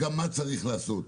גם מה צריך לעשות,